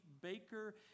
baker